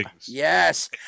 Yes